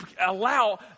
allow